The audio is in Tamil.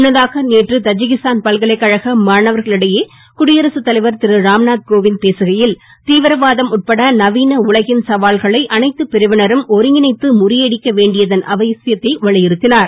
முன்னதாக நேற்று ததிகிஸ்தான் பல்கலைக்கழக மாணவர்களிடையே குடியரக தலைவர் திரு ராம்நாத் கோவிந்த் பேசுகையில் தீவிரவாதம் உட்பட நவீன உலகின் சவால்களை அனைத்து பிரிவினரும் ஒருங்கிணைத்து முறியடிக்க வேண்டியதன் அவசியத்தை வலியுறுத்தினார்